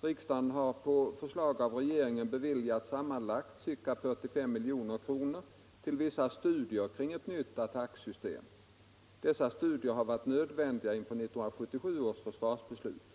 Riksdagen har på förslag av regeringen beviljat sammanlagt ca 45 milj.kr. till vissa studier kring ett nytt attacksystem. Dessa studier har varit nödvändiga inför 1977 års försvarsbeslut.